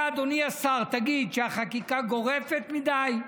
אתה, אדוני השר, תגיד שהחקיקה גורפת מדי,